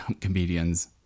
comedians